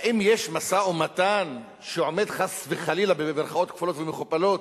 האם יש משא-ומתן שעומד "חס וחלילה" במירכאות כפולות ומכופלות,